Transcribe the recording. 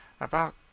About